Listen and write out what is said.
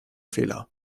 fehler